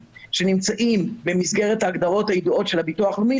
שנמצאים במסגרת ההגדרות הידועות של הביטוח הלאומי,